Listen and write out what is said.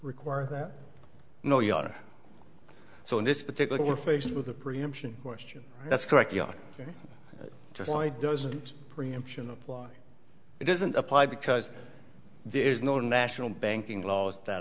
require that no you are so in this particular we're faced with a preemption question that's correct you know just why doesn't preemption apply it doesn't apply because there is no national banking laws that